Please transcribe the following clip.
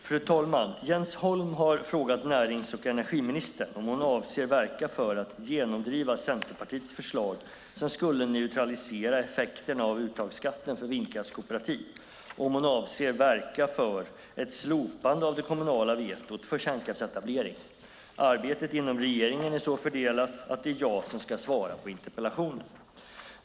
Fru talman! Jens Holm har frågat närings och energiministern om hon avser att verka för att genomdriva Centerpartiets förslag som skulle neutralisera effekterna av uttagsskatten för vindkraftskooperativ och om hon avser att verka för ett slopande av det kommunala vetot för vindkraftsetablering. Arbetet inom regeringen är så fördelat att det är jag som ska svara på interpellationen.